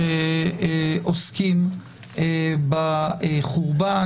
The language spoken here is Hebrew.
שעוסקים בחורבן,